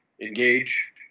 engage